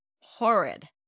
horrid